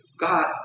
God